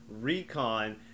Recon